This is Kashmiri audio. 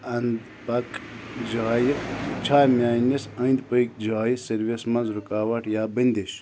اَنٛدۍ پٔکۍ جایہِ چھا میٛٲنِس أنٛدۍ پٔکۍ جایہِ سٔروس منٛز رکاوٹ یا بنٛدش